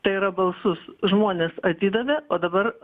tai yra balsus žmonės atidavė o dabar